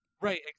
Right